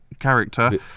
character